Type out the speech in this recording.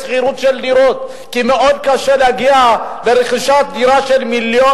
כפי שאמר חבר הכנסת מילר